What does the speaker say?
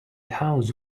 house